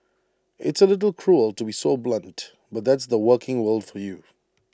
it's A little cruel to be so blunt but that's the working world for you